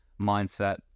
mindset